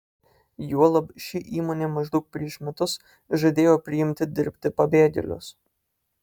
juolab ši įmonė maždaug prieš metus žadėjo priimti dirbti pabėgėlius